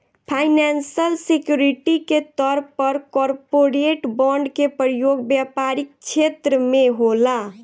financial security के तौर पर कॉरपोरेट बॉन्ड के प्रयोग व्यापारिक छेत्र में होला